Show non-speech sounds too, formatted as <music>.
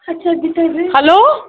<unintelligible> hello